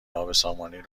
نابسامانی